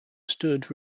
stood